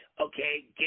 okay